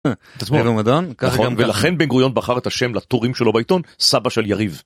ולכן בן גוריון בחר את השם לטורים שלו בעיתון, סבא של יריב.